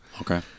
Okay